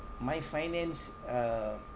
my finance uh